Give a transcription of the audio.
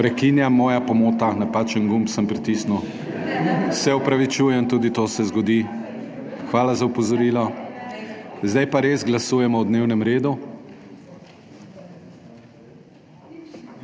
Prekinjam, moja pomota, napačen gumb sem pritisnil. Se opravičujem, tudi to se zgodi. Hvala za opozorilo. Zdaj pa res glasujemo o dnevnem redu.